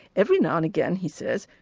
every now and again, he says,